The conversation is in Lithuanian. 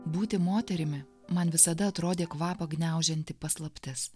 būti moterimi man visada atrodė kvapą gniaužianti paslaptis